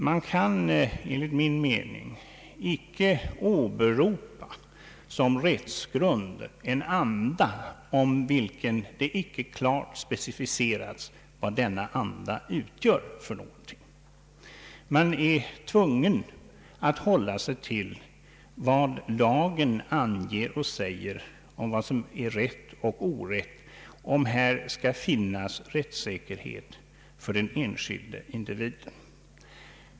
Man kan enligt min mening som rättsgrund icke åberopa en anda vars innebörd icke klart specificerats. Man är tvungen att hålla sig till vad lagen anger om vad som är rätt och orätt, om här skall finnas rättssäkerhet för den enskilde individen.